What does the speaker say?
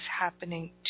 happening